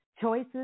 Choices